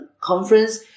conference